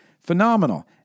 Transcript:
Phenomenal